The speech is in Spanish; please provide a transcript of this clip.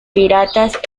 piratas